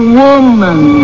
woman